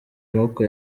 maboko